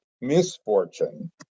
misfortune